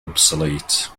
obsolete